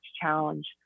challenge